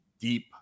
deep